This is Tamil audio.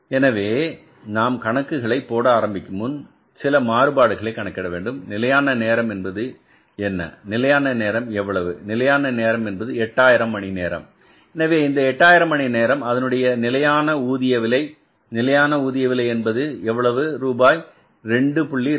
எனவே நாம் கணக்குகளை போட ஆரம்பிக்கும் முன் சில மாறுபாடுகளை கணக்கிட வேண்டும் நிலையான நேரம் என்பது என்ன நிலையான நேரம் எவ்வளவு நிலையான நேரம் என்பது 8000 மணி நேரம் எனவே இந்த 8000 மணி நேரம் அதனுடைய நிலையான ஊதிய விலை நிலையான ஊதிய விலை என்பது எவ்வளவு ரூபாய் 2